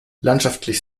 landschaftlich